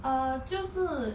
err 就是